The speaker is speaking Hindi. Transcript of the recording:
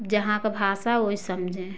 जहाँ का भाषा वही समझे